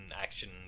action